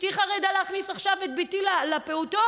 חרדה להכניס עכשיו את בתי לפעוטון.